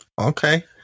Okay